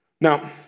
Now